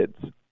kids